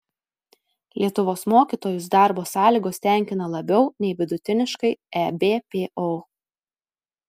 lietuvos mokytojus darbo sąlygos tenkina labiau nei vidutiniškai ebpo